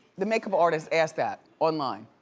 the makeup artist asked that online.